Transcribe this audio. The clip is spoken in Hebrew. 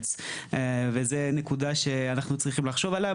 זו נקודה שאנחנו צריכים לחשוב עליה,